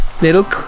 little